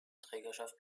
trägerschaft